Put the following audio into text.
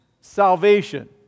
salvation